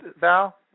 Val